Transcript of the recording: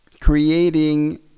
creating